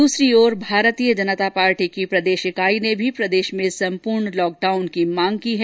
दूसरी ओर भारतीय जनता पार्टी की प्रदेश इकाई ने भी प्रदेश में संपूर्ण लॉकडाउन की मांग की है